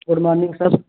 good morning sir